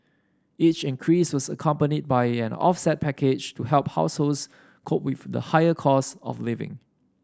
each increase was accompanied by an offset package to help households cope with the higher costs of living